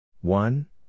One